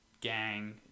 gang